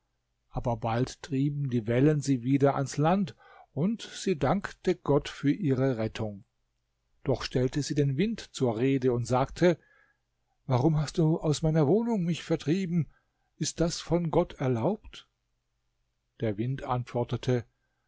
aber bald trieben die wellen sie wieder ans land und sie dankte gott für ihre rettung doch stellte sie den wind zur rede und sagte warum hast du aus meiner wohnung mich vertrieben ist das von gott erlaubt der wind antwortete